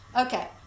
Okay